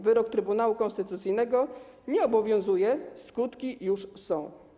Wyrok Trybunału Konstytucyjnego nie obowiązuje, skutki już są”